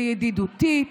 לידידותית,